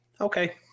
Okay